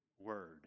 word